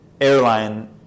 airline